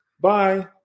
Bye